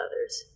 others